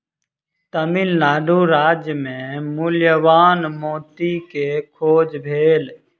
तमिल नाडु राज्य मे मूल्यवान मोती के खोज भेल